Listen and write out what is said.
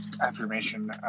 affirmation